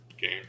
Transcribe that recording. game